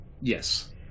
yes